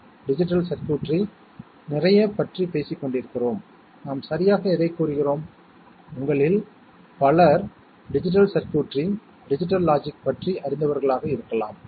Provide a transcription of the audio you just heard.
நாங்கள் எழுதி உள்ளோம் அதாவது A AND B AND C நிகழ்வுகளில் சம் என்பது 1 ஆகும் 1வது நிபந்தனை எழுதப்பட்டால் A AND B AND C OR OR என்பது லாஜிக் OR குறியாக கொடுக்கப்பட்டுள்ளது